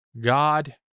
God